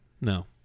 no